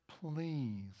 please